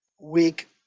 weak